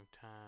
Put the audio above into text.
time